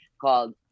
called